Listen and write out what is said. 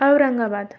Aurangabad